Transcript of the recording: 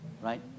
Right